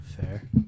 Fair